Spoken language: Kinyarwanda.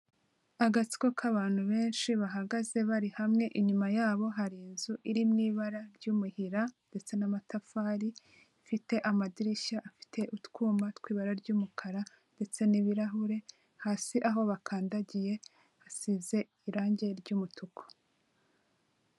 Agatsiko k'abantu benshi bahagaze bari hamwe, inyuma yabo hari inzu iri mu ibara ry'umuhira ndetse n'amatafari ifite amadirishya afite utwuma tw'ibara ry'umukara ndetse n'ibirahure, hasi aho bakandagiye hasize irangi ry'umutuku.